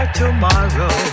tomorrow